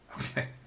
Okay